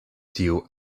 tiu